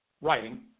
writing